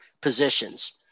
positions